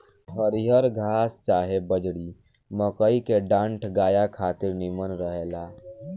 हरिहर घास चाहे बजड़ी, मकई के डांठ गाया खातिर निमन रहेला